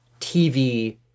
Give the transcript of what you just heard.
TV